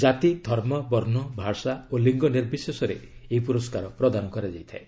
କାତି ଧର୍ମ ବର୍ଷ ଭାଷା ଓ ଲିଙ୍ଗ ନିର୍ବିଶେଷରେ ଏହି ପୁରସ୍କାର ପ୍ରଦାନ କରାଯାଇଥାଏ